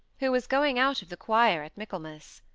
who was going out of the choir at michaelmas.